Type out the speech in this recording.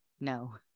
no